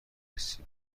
حسی